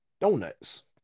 Donuts